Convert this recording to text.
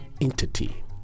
entity